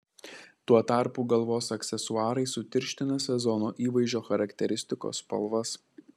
tuo tarpu galvos aksesuarai sutirština sezono įvaizdžio charakteristikos spalvas